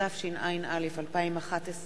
התשע”א 2011,